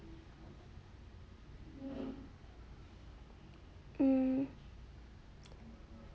hmm